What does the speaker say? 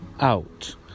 out